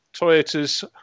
Toyotas